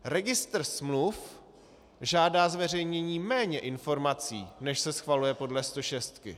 Registr smluv žádá zveřejnění méně informací, než se schvaluje podle 106.